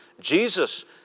Jesus